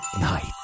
night